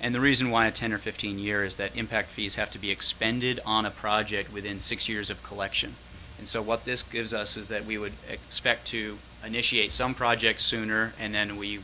and the reason why a ten or fifteen years that impact fees have to be expended on a project within six years of collection and so what this gives us is that we would expect to initiate some projects sooner and then we